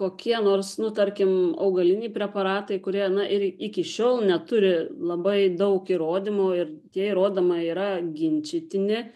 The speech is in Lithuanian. kokie nors nu tarkim augaliniai preparatai kurie na ir iki šiol neturi labai daug įrodymų ir tie įrodymai yra ginčytini